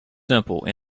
simple